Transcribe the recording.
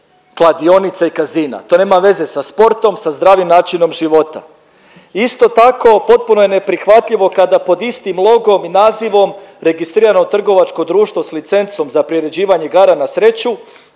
kladionica i casina. To nema veze sa sportom, sa zdravim načinom života. Isto tako potpuno je neprihvatljivo kada pod istim logom, nazivom registrirano trgovačko društvo s licencom za priređivanje igara na sreću